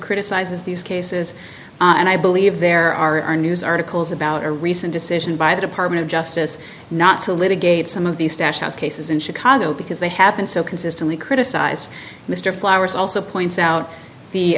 criticizes these cases and i believe there are news articles about a recent decision by the department of justice not to litigate some of the stache cases in chicago because they happen so consistently criticize mr flowers also points out the